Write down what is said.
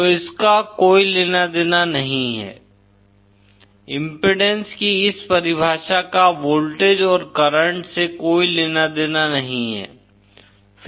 तो इसका कोई लेना देना नहीं है इम्पीडेन्स की इस परिभाषा का वोल्टेज और करंट से कोई लेना देना नहीं है